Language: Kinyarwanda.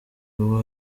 uwo